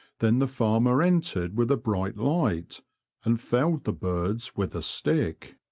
then the farmer entered with a bright light and felled the birds with a stick.